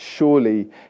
Surely